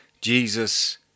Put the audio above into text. Jesus